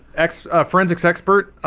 x forensic sexpert,